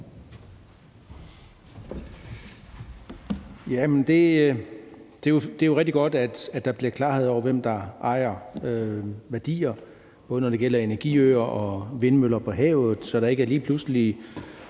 Det er jo rigtig godt, at der bliver klarhed over, hvem der ejer værdier, når det gælder både energiøer og vindmøller på havet, så der ikke lige pludselig